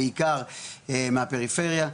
בעיקר מהפריפריה,